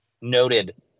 noted